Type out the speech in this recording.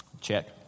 Check